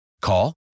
Call